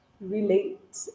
relate